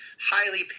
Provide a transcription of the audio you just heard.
highly